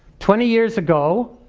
twenty years ago,